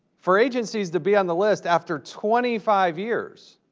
for agencies to be on the list after twenty five years,